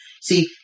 See